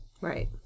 Right